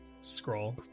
scroll